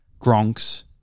Gronks